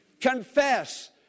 confess